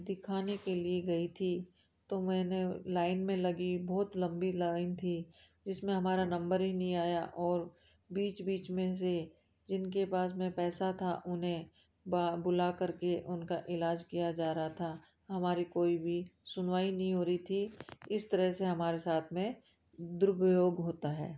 दिखाने के लिए गई थी तो मैंने लाइन में लगी बहुत लंबी लाइन थी जिस में हमारा नंबर ही नहीं आया और बीच बीच में से जिन के पास में पैसा था उन्हें बुला कर के उनका इलाज किया जा रहा था हमारी कोई भी सुनवाई नहीं हो रही थी इस तरह से हमारे साथ में दुरुपयोग होता है